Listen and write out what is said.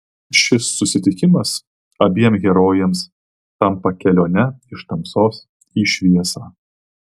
šis susitikimas abiem herojėms tampa kelione iš tamsos į šviesą